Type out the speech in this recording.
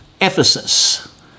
Ephesus